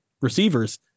receivers